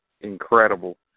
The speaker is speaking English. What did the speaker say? incredible